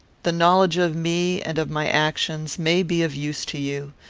the knowledge of me and of my actions may be of use to you.